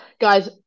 Guys